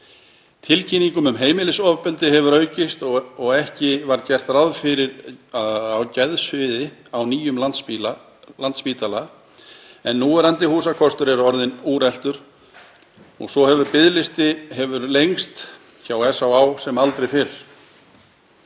Tilkynningar um heimilisofbeldi hafa aukist og ekki var gert ráð fyrir geðsviði á nýjum Landspítala en núverandi húsakostur er orðinn úreltur. Svo hefur biðlisti lengst hjá SÁÁ sem aldrei fyrr.